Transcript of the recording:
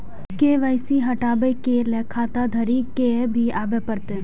KYC हटाबै के लैल खाता धारी के भी आबे परतै?